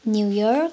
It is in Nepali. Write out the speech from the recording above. new York